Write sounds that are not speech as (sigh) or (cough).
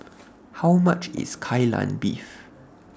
(noise) How much IS Kai Lan Beef